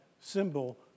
symbol